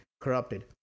corrupted